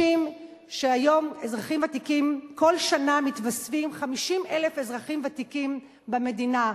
כל שנה מתווספים 50,000 אזרחים ותיקים במדינה.